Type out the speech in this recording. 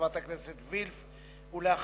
חברת הכנסת וילף, בבקשה.